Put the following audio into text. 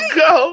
go